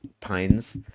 Pines